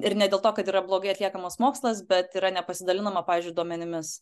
ir ne dėl to kad yra blogai atliekamas mokslas bet yra nepasidalinama pavyzdžiui duomenimis